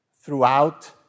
throughout